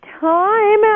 time